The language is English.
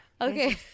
Okay